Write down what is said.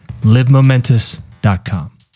LiveMomentous.com